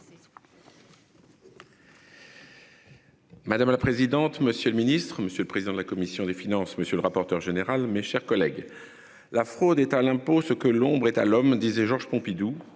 Madame la présidente. Monsieur le Ministre, monsieur le président de la commission des finances, monsieur le rapporteur général, mes chers collègues, la fraude est à l'impôt. Ce que l'ombre et à l'homme disait Georges Pompidou,